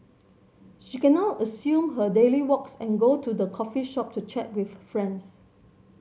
she can now resume her daily walks and go to the coffee shop to chat with friends